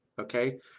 okay